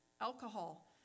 alcohol